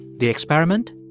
the experiment,